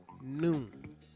noon